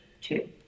Two